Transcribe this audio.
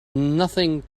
nothing